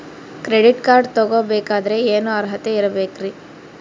Credit card ತೊಗೋ ಬೇಕಾದರೆ ಏನು ಅರ್ಹತೆ ಇರಬೇಕ್ರಿ?